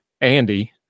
Andy